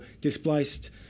displaced